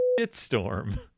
Shitstorm